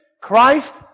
Christ